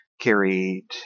carried